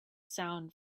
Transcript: sound